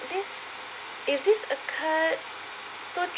this if this occurred two